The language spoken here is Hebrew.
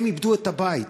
הם איבדו את הבית,